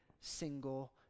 single